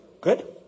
Good